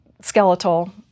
skeletal